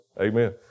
Amen